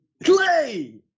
Clay